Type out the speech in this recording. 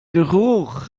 geruch